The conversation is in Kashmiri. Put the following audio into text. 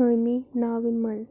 حٲمی ناوِ منز